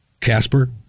Casper